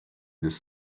dos